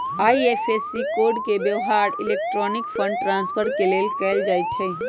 IFSC code के व्यव्हार electronic fund transfer के लेल कएल जाइ छइ